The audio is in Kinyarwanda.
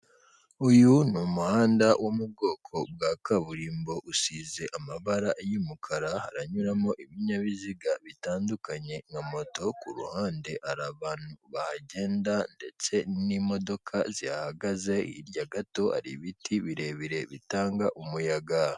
Uyu ni umuhanda wo mu bwoko bwa kaburimbo usize amabara y'umukara. Hanyuramo ibinyabiziga bitandukanye nka moto. Ku ruhande abantu bahagenda ndetse n'imodoka zihagaze. Hirya gato hari ibiti birebire bitanga umuyaga.